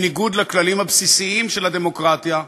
בניגוד לכללים הבסיסיים של הדמוקרטיה,